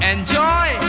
Enjoy